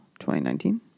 2019